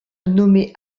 nommée